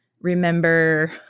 remember